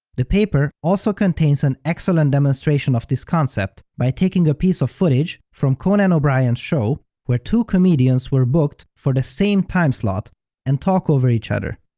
the paper also contains an excellent demonstration of this concept by taking a piece of footage from conan o'brien's show where two comedians were booked for the same time slot and talk over each other.